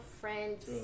friends